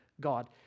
God